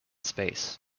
space